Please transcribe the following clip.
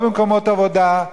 לא במקומות עבודה,